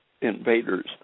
invaders